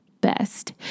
best